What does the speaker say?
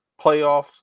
playoffs